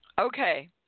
Okay